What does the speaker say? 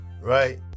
right